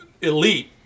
elite